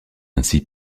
ainsi